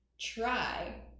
try